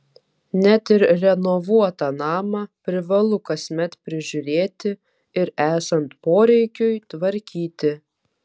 net ir renovuotą namą privalu kasmet prižiūrėti ir esant poreikiui tvarkyti